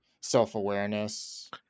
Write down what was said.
self-awareness